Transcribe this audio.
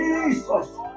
Jesus